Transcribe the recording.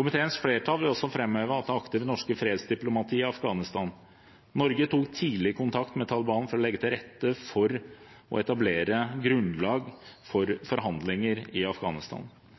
Komiteens flertall vil også framheve det aktive norske fredsdiplomatiet i Afghanistan. Norge tok tidlig kontakt med Taliban for å legge til rette for å etablere grunnlag for forhandlinger i Afghanistan.